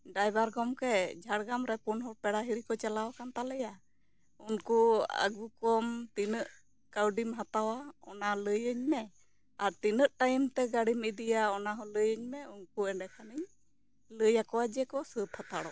driver ᱜᱚᱢᱠᱮ ᱡᱷᱟᱲᱜᱨᱟᱢ ᱨᱮ ᱯᱩᱱ ᱦᱚᱲ ᱯᱮᱲᱟ ᱦᱤᱨᱤ ᱠᱚ ᱪᱟᱞᱟᱣ ᱟᱠᱟᱱ ᱛᱟᱞᱮᱭᱟ ᱩᱱᱠᱩ ᱟᱹᱜᱩ ᱠᱚᱢ ᱛᱤᱱᱟᱹᱜ ᱠᱟᱹᱣᱰᱤᱢ ᱦᱟᱛᱟᱣᱟ ᱚᱱᱟ ᱞᱟᱹᱭᱟᱹᱧ ᱢᱮ ᱟᱨ ᱛᱤᱱᱟᱹᱜ ᱴᱟᱹᱭᱤᱢ ᱛᱮ ᱜᱟᱹᱰᱤᱢ ᱤᱫᱤᱣᱟ ᱚᱱᱟᱦᱚᱸ ᱞᱟᱹᱭᱟᱹᱧ ᱢᱮ ᱩᱱᱠᱩ ᱮᱱᱮᱠᱷᱟᱱᱤᱧ ᱞᱟᱹᱭ ᱟᱠᱚᱣᱟ ᱡᱮ ᱠᱚ ᱥᱟᱹᱛ ᱦᱟᱛᱟᱲᱚᱜᱼᱟ